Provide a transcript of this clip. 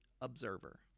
observer